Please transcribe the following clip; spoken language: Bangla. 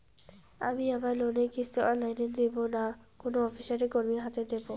আমি আমার লোনের কিস্তি অনলাইন দেবো না কোনো অফিসের কর্মীর হাতে দেবো?